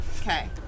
Okay